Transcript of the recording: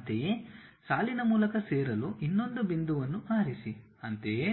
ಅಂತೆಯೇ ಸಾಲಿನ ಮೂಲಕ ಸೇರಲು ಇನ್ನೊಂದು ಬಿಂದುವನ್ನು ಆರಿಸಿ ಅಂತೆಯೇ